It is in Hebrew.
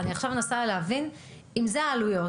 אני עכשיו מנסה להבין: אם אלה העלויות,